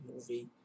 movie